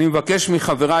אני מבקש מחברי,